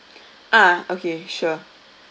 ah okay sure